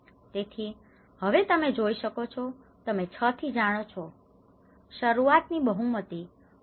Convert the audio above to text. તેથી હવે તમે જોઈ શકો છો તમે 6 થી જાણો છો શરૂઆત ની બહુમતી 16